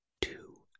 two